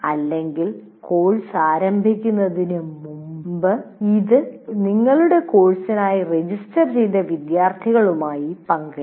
അല്ലെങ്കിൽ കോഴ്സ് ആരംഭിക്കുന്നതിന് മുമ്പ് ഇത് നിങ്ങളുടെ കോഴ്സിനായി രജിസ്റ്റർ ചെയ്ത വിദ്യാർത്ഥികളുമായി പങ്കിടാം